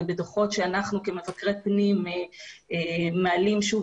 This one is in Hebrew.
ובדוחות שאנחנו כמבקרי פנים מעלים שוב